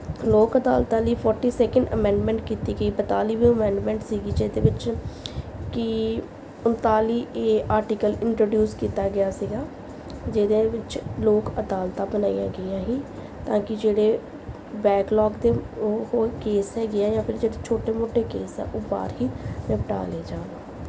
ਲੋਕ ਅਦਾਲਤਾਂ ਲਈ ਫੋਰਟੀ ਸੈਕਿੰਡ ਅਮੈਂਡਮੈਂਟ ਕੀਤੀ ਗਈ ਬਤਾਲੀਵੀਂ ਅਮੈਂਡਮੈਂਟ ਸੀਗੀ ਜਿਹਦੇ ਵਿੱਚ ਕਿ ਉਨਤਾਲੀ ਏ ਆਰਟੀਕਲ ਇੰਟਰੋਡਿਊਸ ਕੀਤਾ ਗਿਆ ਸੀਗਾ ਜਿਹਦੇ ਵਿੱਚ ਲੋਕ ਅਦਾਲਤਾਂ ਬਣਾਈਆਂ ਗਈਆਂ ਸੀ ਤਾਂ ਕਿ ਜਿਹੜੇ ਬੈਕ ਲੋਕ ਦੇ ਉਹ ਕੇਸ ਹੈਗੇ ਆ ਜਾਂ ਫਿਰ ਜਿਹੜੇ ਛੋਟੇ ਮੋਟੇ ਕੇਸ ਆ ਉਹ ਬਾਹਰ ਹੀ ਨਿਪਟਾ ਲਏ ਜਾਣ